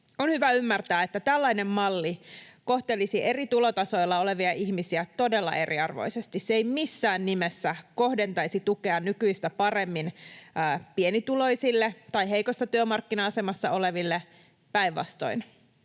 On hyvä ymmärtää, että tällainen malli kohtelisi eri tulotasoilla olevia ihmisiä todella eriarvoisesti. Se ei missään nimessä kohdentaisi tukea nykyistä paremmin pienituloisille tai heikossa työmarkkina-asemassa oleville — päinvastoin.